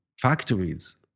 factories